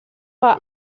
war